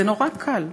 זה נורא קל.